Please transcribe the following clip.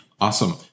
Awesome